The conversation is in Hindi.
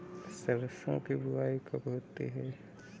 सरसों की बुआई कब होती है?